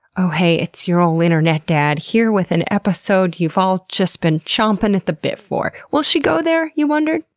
oh heey, it's your ol' internet dad, here with an episode you've all just been chompin' at the bit for will she go there, you wondered?